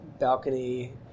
balcony